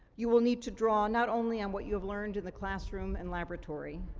you will need to draw, not only on what you have learned in the classroom and laboratory,